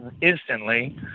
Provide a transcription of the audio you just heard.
instantly